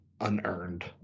unearned